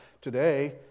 Today